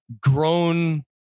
grown